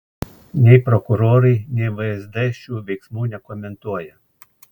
nei prokurorai nei vsd šių veiksmų nekomentuoja